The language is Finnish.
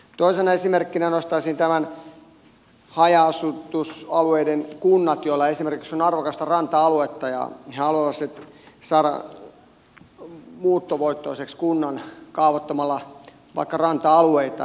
toisena esimerkkinä nostaisin nämä haja asutusalueiden kunnat joilla on esimerkiksi arvokasta ranta aluetta ja jotka haluaisivat saada kunnan muuttovoittoiseksi kaavoittamalla vaikka ranta alueita